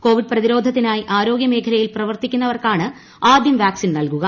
Covid പ്രതിരോധത്തിനായി ആരോഗ്യ മേഖലയിൽ പ്രവർത്തിക്കുന്നവർക്കാണ് ആദ്യം വാക്സിൻ നൽകുക